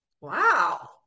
Wow